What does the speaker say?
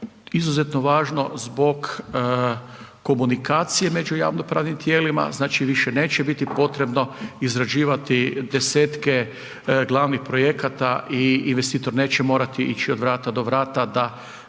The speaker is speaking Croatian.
Izuzetno važno zbog komunikacije među javno pravnim tijelima, znači više neće biti potrebno izrađivati desetke glavnih projekata i investitor neće morati ići od vrata do vrata da